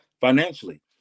financially